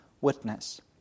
witness